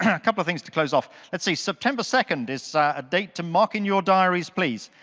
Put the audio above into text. a couple of things to close off. let's see, september second is ah a date to mark in your diaries, please.